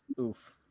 Oof